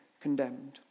condemned